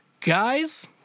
Guys